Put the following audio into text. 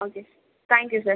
okay thank you sir